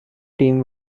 team